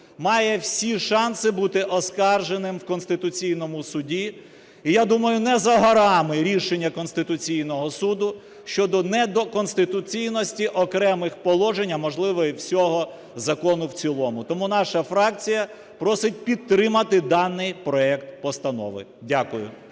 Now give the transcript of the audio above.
має всі шанси бути оскарженим в Конституційному Суді? І я думаю, не за горами рішення Конституційного Суду щодо неконституційності окремих положень, а, можливо, і всього закону в цілому. Тому наша фракція просить підтримати даний проект постанови. Дякую.